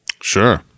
Sure